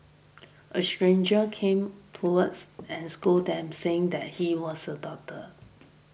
a stranger came towards and scolded them saying that he was a doctor